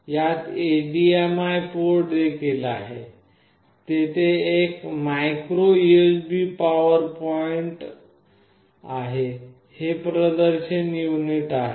यात HDMI port देखील आहे तेथे एक मायक्रो यूएसबी पॉवर पॉईंट आहे हे प्रदर्शन पोर्ट आहे